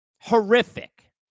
horrific